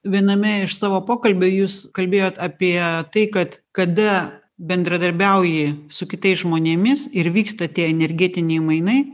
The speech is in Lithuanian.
viename iš savo pokalbio jūs kalbėjot apie tai kad kada bendradarbiauji su kitais žmonėmis ir vyksta tie energetiniai mainai